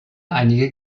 einige